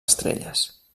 estrelles